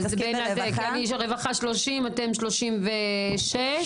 אז מהרווחה 30 מיליון ומכם 36 מיליון.